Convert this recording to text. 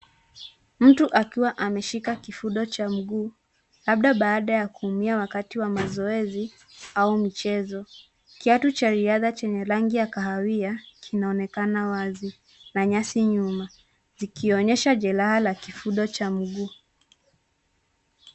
Mtu akiwa ameshika kifundo cha mguu, labda baada ya kuumia wakati wa mazoezi au mchezo. Kiatu cha riadha chenye rangi ya kahawia, kinaonekana wazi na nyasi nyuma, zikionyesha jereha la kifundo cha mguu.